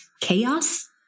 chaos